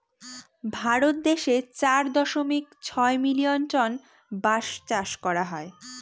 ভারত দেশে চার দশমিক ছয় মিলিয়ন টন বাঁশ চাষ করা হয়